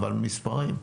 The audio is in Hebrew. אבל מספרים.